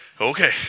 Okay